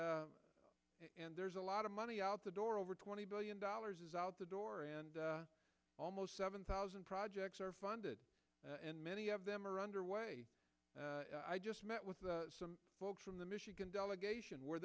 america and there's a lot of money out the door over twenty billion dollars is out the door and almost seven thousand projects are funded and many of them are under way i just met with some folks from the michigan delegation where